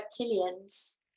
reptilians